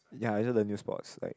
ya I learn a new sports like